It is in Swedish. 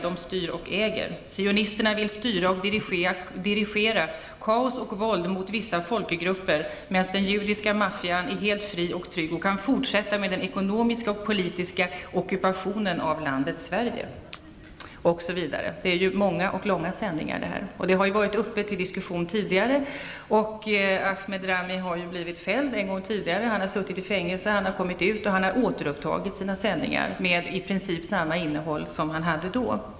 De styr och äger. Sionisterna vill styra och dirigera kaos och våld mot vissa folkgrupper, medan den judiska maffian är helt fri och trygg och kan fortsätta med den ekonomiska och politiska ockupationen av landet Sverige. Det är många och långa sändningar. Det här har varit uppe till diskussion tidigare. Ahmed Rami har blivit fälld en gång tidigare, han har suttit i fängelse, kommit ut och nu återupptagit sina sändningar, med i princip samma innehåll.